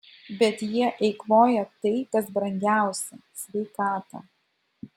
bet jie eikvoja tai kas brangiausia sveikatą